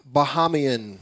Bahamian